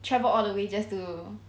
travel all the way just to